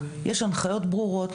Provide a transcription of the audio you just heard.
יש הנחיות ברורות,